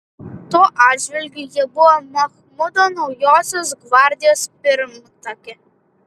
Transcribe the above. tuo atžvilgiu ji buvo machmudo naujosios gvardijos pirmtakė